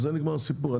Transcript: בזה נגמר הסיפור.